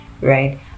right